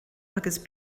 agus